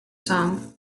song